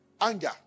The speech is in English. Anger